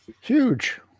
Huge